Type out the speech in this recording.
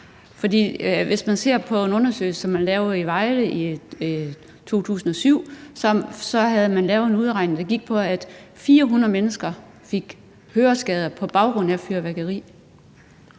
Man kan se på en undersøgelse, som er lavet i Vejle i 2007, at man havde lavet en udregning, der gik på, at 400 mennesker fik høreskader på grund af fyrværkeri.